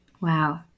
Wow